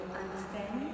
understand